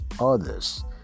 others